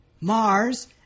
Mars